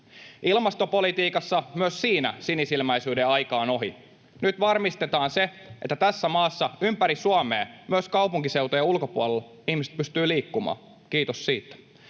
Ilmastopolitiikassa, myös siinä, sinisilmäisyyden aika on ohi. Nyt varmistetaan se, että tässä maassa ympäri Suomea, myös kaupunkiseutujen ulkopuolella, ihmiset pystyvät liikkumaan — kiitos siitä.